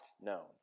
known